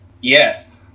Yes